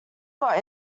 got